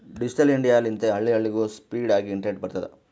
digital India ಲಿಂತೆ ಹಳ್ಳಿ ಹಳ್ಳಿಗೂ ಸ್ಪೀಡ್ ಆಗಿ ಇಂಟರ್ನೆಟ್ ಬರ್ತುದ್